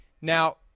Now